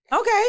Okay